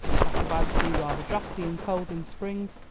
castle by the sea rather draughty and cold in spring,